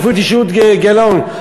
אפילו תשאלו את גילאון,